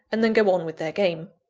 and then go on with their game.